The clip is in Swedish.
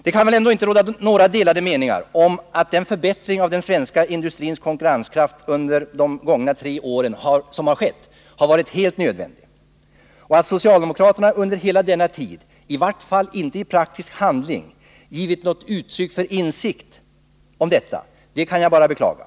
Det kan väl ändå inte råda några delade meningar om att den förbättring som skett av den svenska industrins konkurrenskraft under de gångna tre åren har varit helt nödvändig och att socialdemokraterna under hela denna tid i vart fall inte i praktisk handling har givit något uttryck för insikt om detta. Det kan jag bara beklaga.